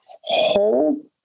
hold